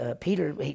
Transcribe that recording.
Peter